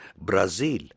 Brazil